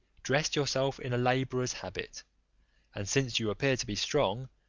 dress yourself in a labourer's habit and since you appear to be strong,